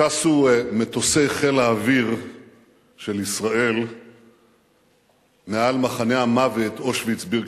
טסו מטוסי חיל האוויר של ישראל מעל מחנה המוות אושוויץ-בירקנאו.